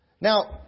Now